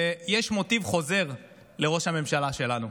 ויש מוטיב חוזר לראש הממשלה שלנו: